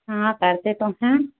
हाँ करते तो हैं